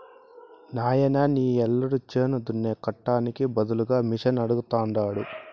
నాయనా నీ యల్లుడు చేను దున్నే కట్టానికి బదులుగా మిషనడగతండాడు